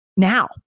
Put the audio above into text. now